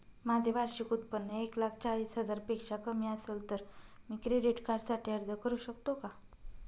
माझे वार्षिक उत्त्पन्न एक लाख चाळीस हजार पेक्षा कमी असेल तर मी क्रेडिट कार्डसाठी अर्ज करु शकतो का?